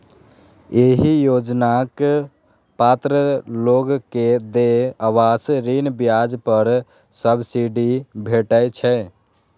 एहि योजनाक पात्र लोग कें देय आवास ऋण ब्याज पर सब्सिडी भेटै छै